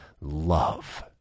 love